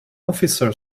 officer